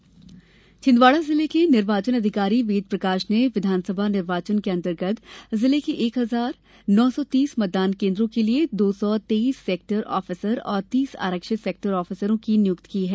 sector officer Chhindwara जिले के निर्वाचन अधिकारी वेदप्रकाश ने विधानसभा निर्वाचन के अंतर्गत जिले के एक हजार नौ सौ तीस मतदानकेन्द्रों के लिए दो सौ तेईस सेक्टर ऑफीसर और तीस आरक्षित सेक्टर आफीसरों की नियुक्ति की है